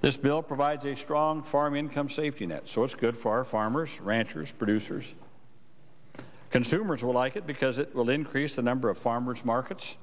this bill provides a strong farm income safety net so it's good for farmers ranchers producers consumers will like it because it will increase the number of farmers markets